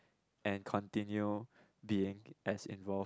and continue being as involve